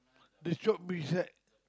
the shop beside